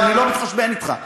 אני לא מתחשבן אתך.